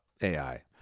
AI